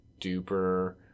duper